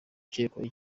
ucyekwaho